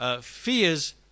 fears